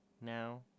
now